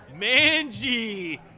Manji